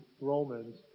Romans